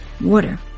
water